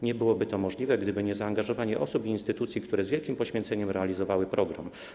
Nie byłoby to możliwe, gdyby nie zaangażowanie osób i instytucji, które z wielkim poświęceniem realizowały program.